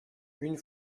une